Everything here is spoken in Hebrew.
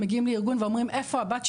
מגיעים לארגון ואומרים "איפה הבת שירות".